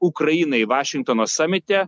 ukrainai vašingtono samite